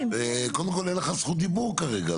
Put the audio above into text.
קודם כל, אין לך זכות דיבור כרגע.